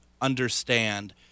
understand